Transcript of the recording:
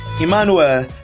Emmanuel